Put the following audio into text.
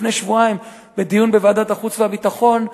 לפני שבועיים בדיון בוועדת החוץ והביטחון: